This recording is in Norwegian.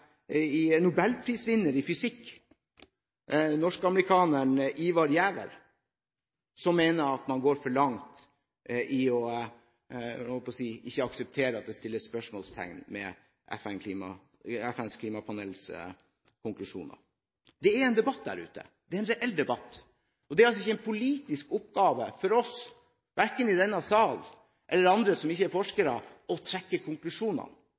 en nobelprisvinner i fysikk, norsk-amerikaneren Ivar Giæver, som mener at man går for langt i ikke å akseptere at det settes spørsmålstegn ved FNs klimapanels konklusjoner. Det er en debatt der ute. Det er en reell debatt. Det er altså ikke en politisk oppgave for oss, verken i denne sal eller andre som ikke er